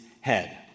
head